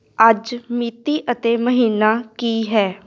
ਅੱਜ ਮਿਤੀ ਅਤੇ ਮਹੀਨਾ ਕੀ ਹੈ